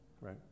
right